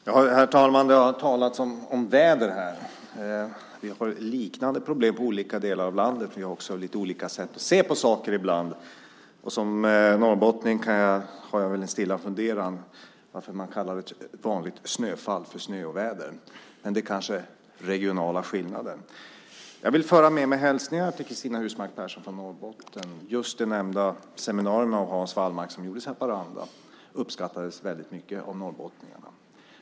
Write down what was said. Herr talman! Det har talats om väder här. Vi har liknande problem i olika delar av landet. Vi har också lite olika sätt att se på saker ibland. Som norrbottning har jag en stilla fundering varför man kallar ett vanligt snöfall för snöoväder. Men det är kanske den regionala skillnaden. Jag vill föra med mig hälsningar till Cristina Husmark Pehrsson från Norrbotten. Det seminarium som Hans Wallmark nämnde uppskattades väldigt mycket av norrbottningarna.